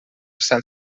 sant